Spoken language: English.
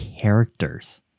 characters